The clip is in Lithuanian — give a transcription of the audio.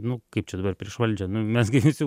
nu kaip čia dabar prieš valdžią nu mes gi vis jau